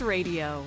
Radio